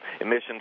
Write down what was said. emissions